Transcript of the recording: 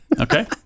Okay